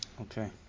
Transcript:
Okay